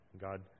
God